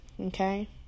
Okay